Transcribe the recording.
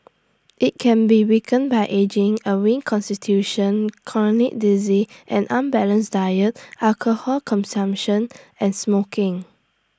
IT can be weakened by ageing A weak Constitution chronic diseases and unbalanced diet alcohol consumption and smoking